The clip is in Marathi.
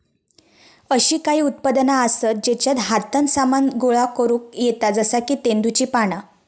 अशी काही उत्पादना आसत जेच्यात हातान सामान गोळा करुक येता जसा की तेंदुची पाना